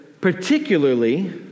particularly